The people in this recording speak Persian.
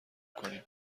کنیم